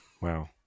Wow